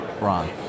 Ron